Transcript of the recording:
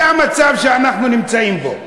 זה המצב שאנחנו נמצאים בו,